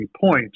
points